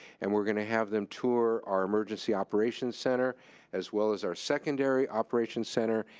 and we're gonna have them tour our emergency operations center as well as our secondary operations center,